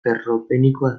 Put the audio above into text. ferropenikoa